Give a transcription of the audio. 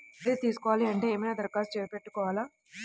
Credit తీసుకోవాలి అంటే ఏమైనా దరఖాస్తు పెట్టుకోవాలా?